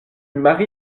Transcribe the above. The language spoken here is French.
mari